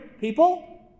people